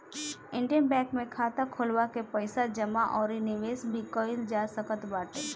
Indian Bank में खाता खोलवा के पईसा जमा अउरी निवेश भी कईल जा सकत बाटे